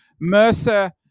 Mercer